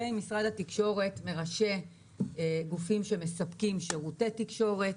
משרד התקשורת מרשה גופים שמספקים שירותי תקשורת.